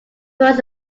was